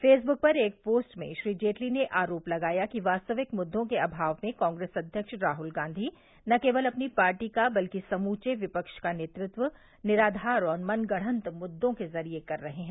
Facebook पर एक post में श्री जेटली ने आरोप लगाया कि वास्तविक मुद्दों के अभाव में कांग्रेस अध्यक्ष राहुल गांधी न केवल अपनी पार्टी का बल्कि समूचे विपक्ष का नेतृत्व निराधार और मनगढ़ंत मुद्दों के जरिए कर रहे हैं